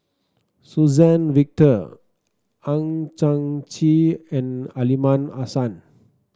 Suzann Victor Hang Chang Chieh and Aliman Hassan